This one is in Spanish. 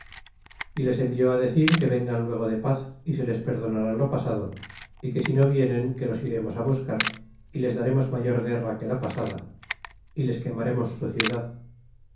y les ensila decir que vengan luego de paz y se les perdonará lo pasado y que si no vienen que los iremos á buscar y les daremos mayor guerra que la pasada y les quemaremos su ciudad